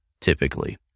typically